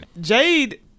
Jade